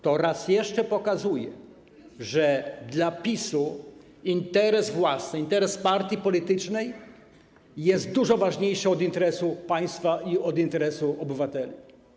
To raz jeszcze pokazuje, że dla PiS-u interes własny, interes partii politycznej jest dużo ważniejszy od interesu państwa i od interesu obywateli.